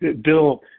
Bill